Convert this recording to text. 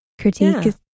critique